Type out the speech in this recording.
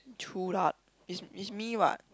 true lah it's it's me what